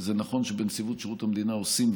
וזה נכון שבנציבות שירות המדינה עושים,